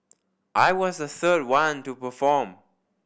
I was the third one to perform